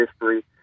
history